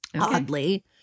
Oddly